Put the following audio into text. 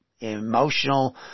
emotional